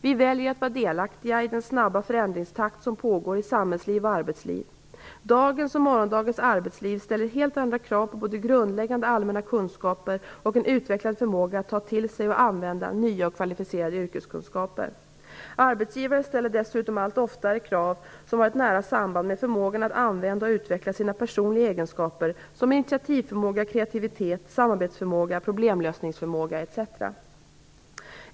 Vi väljer att vara delaktiga i den snabba förändringstakt som pågår i samhällsliv och arbetsliv. Dagens och morgondagens arbetsliv ställer helt andra krav på både grundläggande allmänna kunskaper och på en utvecklad förmåga att ta till sig och använda nya och kvalificerade yrkeskunskaper. Arbetsgivare ställer dessutom allt oftare krav som har ett nära samband med förmågan att använda och utveckla sina personliga egenskaper som initiativförmåga, kreativitet, samarbetsförmåga, problemlösningsförmåga etc.